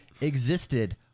existed